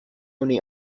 only